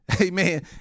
Amen